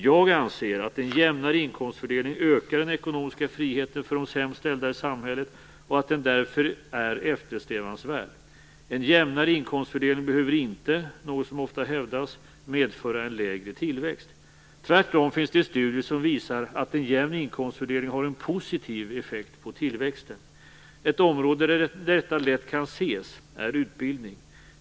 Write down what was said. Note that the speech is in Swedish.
Jag anser att en jämnare inkomstfördelning ökar den ekonomiska friheten för de sämst ställda i samhället och att den därför är eftersträvansvärd. En jämnare inkomstfördelning behöver inte, något som ofta hävdas, medföra en lägre tillväxt. Tvärtom finns det en studie som visar att en jämn inkomstfördelning har en positiv effekt på tillväxten. Ett område där detta lätt kan ses är utbildning.